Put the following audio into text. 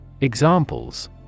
Examples